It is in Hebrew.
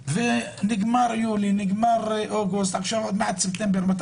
נגמר יולי, נגמר אוגוסט, עוד מעט ספטמבר נגמר.